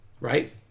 right